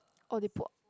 oh they put